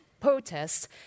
Protests